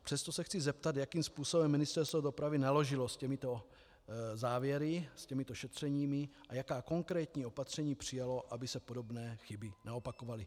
Přesto se chci zeptat, jakým způsobem Ministerstvo dopravy naložilo se závěry těchto šetření a jaká konkrétní opatření přijalo, aby se podobné chyby neopakovaly.